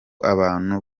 abantu